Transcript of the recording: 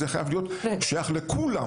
זה חייב להיות שייך לכולם.